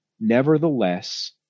Nevertheless